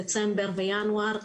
דצמבר וינואר.